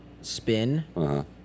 spin